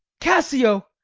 cassio,